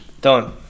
Done